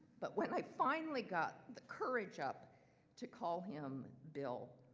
but when i finally got the courage up to call him bill,